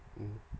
mm